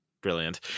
Brilliant